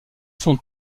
sont